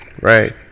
Right